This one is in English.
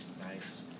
Nice